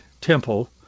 temple